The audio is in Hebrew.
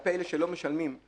כלפי אלה שלא משלמים,